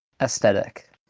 aesthetic